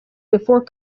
before